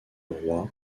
roi